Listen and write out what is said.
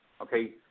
Okay